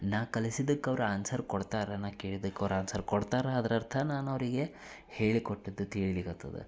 ನಾ ಕಲಿಸಿದ್ದಕ್ಕೆ ಅವ್ರು ಆನ್ಸರ್ ಕೊಡ್ತಾರೆ ನಾ ಕೇಳಿದ್ದಕ್ಕೆ ಅವ್ರು ಆನ್ಸರ್ ಕೊಡ್ತಾರೆ ಅದರರ್ಥ ನಾನು ಅವರಿಗೆ ಹೇಳಿಕೊಟ್ಟದ್ದು ತಿಳಿಲಿಕತ್ತದ